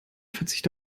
verzicht